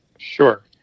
Sure